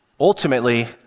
Ultimately